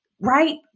right